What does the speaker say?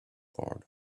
board